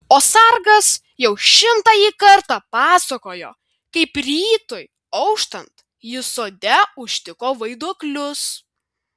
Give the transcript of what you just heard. o sargas jau šimtąjį kartą pasakojo kaip rytui auštant jis sode užtiko vaiduoklius